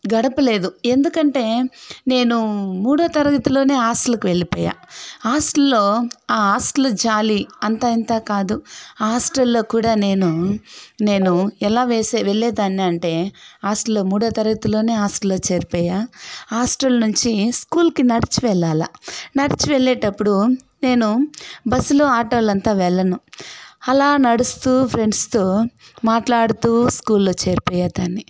గడపలేదు ఎందుకంటే నేను మూడో తరగతిలోనే హాస్టల్కి వెళ్ళిపోయా హాస్టల్లో ఆ హాస్టల్లో జాలి అంతా ఇంతా కాదు హాస్టల్లో కూడా నేను నేను ఎలా వేసి వెళ్ళేదాన్ని అంటే హాస్టల్లో మూడో తరగతిలోనే హాస్టల్లో చేరిపోయా హాస్టల్ నుంచి స్కూల్కి నడిచి వెళ్లాల నడిచి వెళ్లేటప్పుడు నేను బస్సులో ఆటోలో అంతా వెళ్ళను అలా నడుస్తూ ఫ్రెండ్స్తో మాట్లాడుతూ స్కూల్లో చేరిపోయే దాన్ని